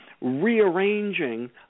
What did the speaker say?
rearranging